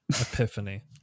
Epiphany